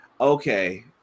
okay